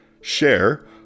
Share